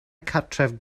cartref